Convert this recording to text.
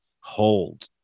hold